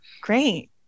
Great